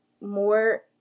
more